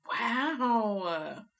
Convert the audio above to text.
Wow